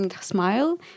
smile